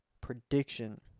prediction